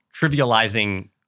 trivializing